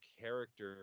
character